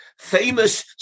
famous